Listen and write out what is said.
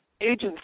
Agency